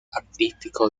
artístico